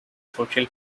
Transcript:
social